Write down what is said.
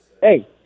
hey